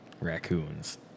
Raccoons